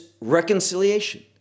reconciliation